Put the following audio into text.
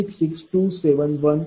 966271 p